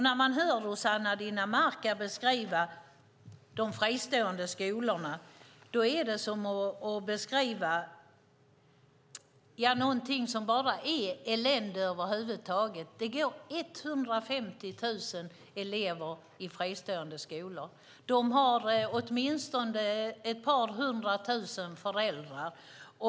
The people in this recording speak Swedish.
När man hör Rossana Dinamarca beskriva de fristående skolorna låter det som om det bara är elände. Det går 150 000 elever i fristående skolor. De har åtminstone ett par hundratusen föräldrar.